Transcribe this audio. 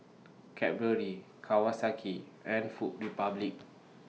Cadbury Kawasaki and Food Republic